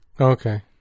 Okay